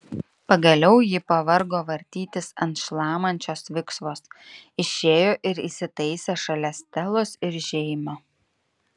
pagaliau ji pavargo vartytis ant šlamančios viksvos išėjo ir įsitaisė šalia stelos ir žeimio